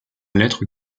lettre